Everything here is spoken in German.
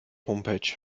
homepage